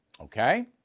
Okay